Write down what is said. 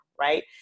right